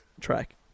track